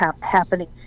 happening